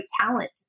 talent